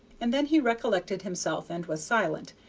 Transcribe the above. and then he recollected himself, and was silent,